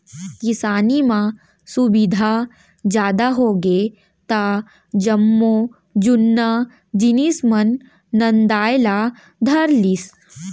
किसानी म सुबिधा जादा होगे त जम्मो जुन्ना जिनिस मन नंदाय ला धर लिस